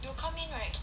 they'll come in right